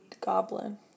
goblin